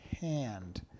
hand